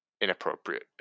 inappropriate